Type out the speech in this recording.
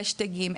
השטגים,